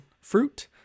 fruit